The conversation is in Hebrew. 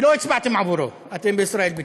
ולא הצבעתם עבורו, אתם בישראל ביתנו.